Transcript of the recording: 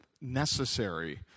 necessary